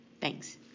Thanks